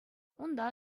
унта